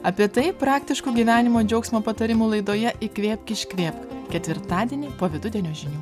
apie tai praktiškų gyvenimo džiaugsmo patarimų laidoje įkvėpk iškvėpk ketvirtadienį po vidudienio žinių